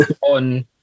on